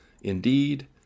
Indeed